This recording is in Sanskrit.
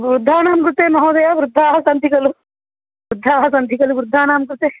वृद्धानां कृते महोदय वृद्धाः सन्ति खलु वृद्धाः सन्ति खलु वृद्धानां कृते